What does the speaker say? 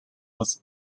was